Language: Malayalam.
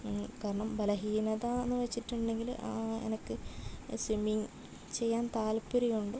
കാരണം ബലഹീനത എന്ന് വെച്ചിട്ടുണ്ടെങ്കിൽ എനിക്ക് സ്വിമ്മിങ് ചെയ്യാൻ താൽപര്യം ഉണ്ട്